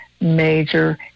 major